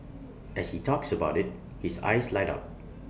as he talks about IT his eyes light up